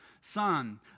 son